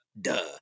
duh